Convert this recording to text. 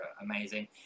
amazing